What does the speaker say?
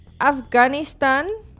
Afghanistan